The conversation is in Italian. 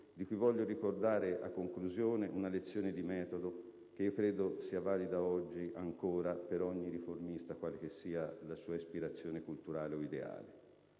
di cui voglio ricordare una lezione di metodo che credo sia valida ancora oggi per ogni riformista, quale che sia la sua ispirazione culturale o ideale.